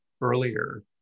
earlier